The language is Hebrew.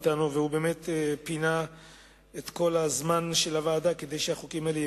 שבאמת פינה את כל הזמן של הוועדה כדי שהחוקים האלה יקודמו,